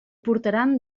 portaran